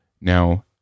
Now